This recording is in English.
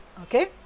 okay